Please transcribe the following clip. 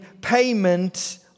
payment